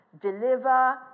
deliver